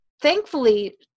thankfully